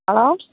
hello